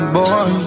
boy